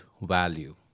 value